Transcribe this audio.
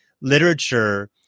literature